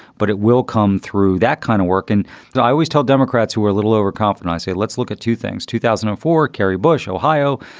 but it will come through that kind of work. and i always tell democrats who are a little overconfident, i say, let's look at two things. two thousand and four, kerry, bush, ohio,